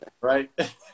Right